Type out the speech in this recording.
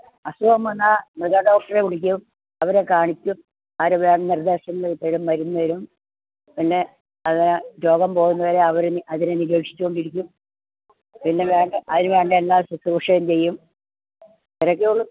അസുഖം വന്നാൽ മൃഗഡോക്ടറെ വിളിക്കും അവരെ കാണിക്കും അവർ വേണ്ട നിർദേശങ്ങൾ തരും മരുന്ന് തരും പിന്നെ അത് രോഗം പോകുന്ന വരെ അവർ അതിനെ നിരീക്ഷിച്ച് കൊണ്ടിരിക്കും പിന്നെ വേണ്ട അതിന് വേണ്ട എല്ലാ ശ്രുശൂഷയും ചെയ്യും അത്രയും ഒക്കെ ഉള്ളു